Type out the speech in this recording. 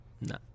No